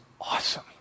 awesome